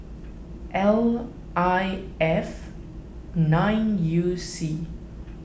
L I F nine U C